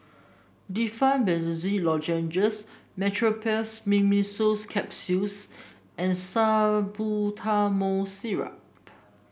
Difflam Benzydamine Lozenges Meteospasmyl Simeticone Capsules and Salbutamol Syrup